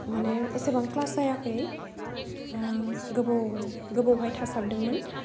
माने एसेबां क्लास जायाखै गोब गोबौहाय थासाबदोंमोन